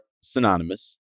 synonymous